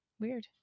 Weird